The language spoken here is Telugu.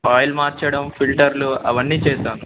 ఆయిల్ మార్చడం ఫిల్టర్లు అవన్నీ చేద్దాం